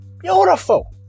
Beautiful